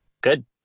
Good